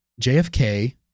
JFK